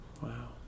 Wow